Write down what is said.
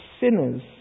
sinners